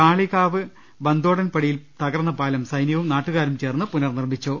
കാളികാവ് ബന്ദോടൻ പടിയിൽ തകർന്ന പാലം സൈന്യവും നാട്ടുകാരും ചേർന്ന് പുനർ നിർമിച്ചു